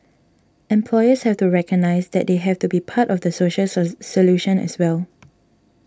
employers have to recognise that they have to be part of the social solution as well